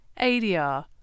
ADR